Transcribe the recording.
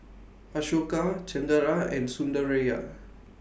Ashoka Chengara and Sundaraiah